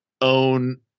own